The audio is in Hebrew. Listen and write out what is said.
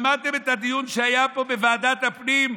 שמעתם את הדיון שהיה פה בוועדת הפנים,